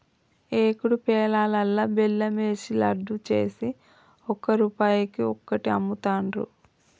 ఏకుడు పేలాలల్లా బెల్లం ఏషి లడ్డు చేసి ఒక్క రూపాయికి ఒక్కటి అమ్ముతాండ్రు